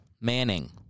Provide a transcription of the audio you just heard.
Manning